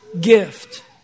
gift